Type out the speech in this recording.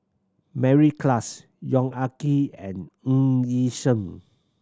Mary Klass Yong Ah Kee and Ng Yi Sheng